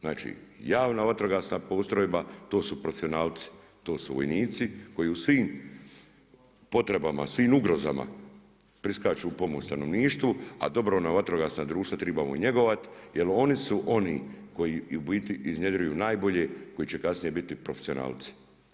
Znači javna vatrogasna postrojba to su profesionalci, to su vojnici koji u svim potrebama, svim ugrozama priskaču u pomoć stanovništvu, a dobrovoljna vatrogasna društva tribamo njegovat jer oni su oni koji u biti iznjedruju najbolje, koji će kasnije biti profesionalci.